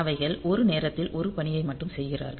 அவைகள் ஒரு நேரத்தில் ஒரு பணியை மட்டுமே செய்கிறார்கள்